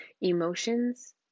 Emotions